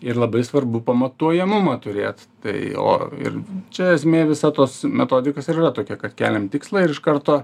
ir labai svarbu pamatuojamumą turėt tai o ir čia esmė visa tos metodikos ir yra tokia kad keliam tikslą ir iš karto